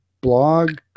blog